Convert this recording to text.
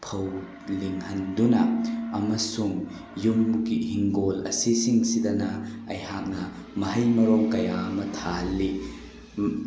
ꯐꯧ ꯂꯤꯡꯍꯟꯗꯨꯅ ꯑꯃꯁꯨꯡ ꯌꯨꯝꯒꯤ ꯍꯤꯡꯒꯣꯜ ꯑꯁꯤꯁꯤꯡꯁꯤꯗꯅ ꯑꯩꯍꯥꯛꯅ ꯃꯍꯩ ꯃꯔꯣꯡ ꯀꯌꯥ ꯑꯃ ꯊꯥꯍꯜꯂꯤ